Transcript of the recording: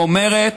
ואומרת: